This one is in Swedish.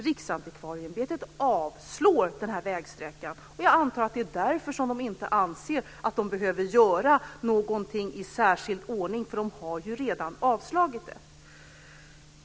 Riksantikvarieämbetet avslår den här vägsträckan, och jag antar att de därför inte anser att de behöver göra någonting i särskild ordning eftersom de redan har avslagit den.